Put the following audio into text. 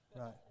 Right